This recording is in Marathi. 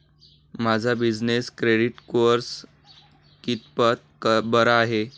माझा बिजनेस क्रेडिट स्कोअर कितपत बरा आहे?